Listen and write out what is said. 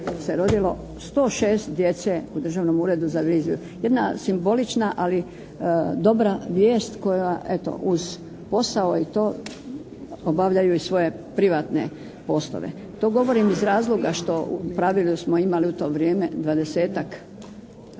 se rodilo 106 djece u Državnom uredu za reviziju. Jedna simbolična, ali dobra vijest koja eto uz posao i to, obavljaju i svoje privatne poslove. To govorim iz razloga što u pravilu smo imali u to vrijeme 20-tak